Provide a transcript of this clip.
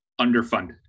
underfunded